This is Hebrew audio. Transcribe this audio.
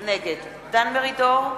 נגד דן מרידור,